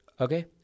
Okay